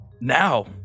now